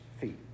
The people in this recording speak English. feet